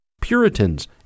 puritans